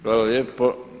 Hvala lijepo.